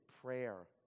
prayer